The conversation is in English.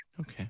Okay